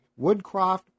Woodcroft